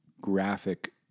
graphic